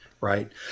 right